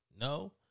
No